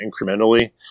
incrementally